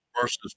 versus